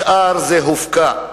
השאר הופקע.